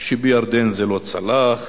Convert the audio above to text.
שבירדן זה לא צלח,